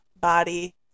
body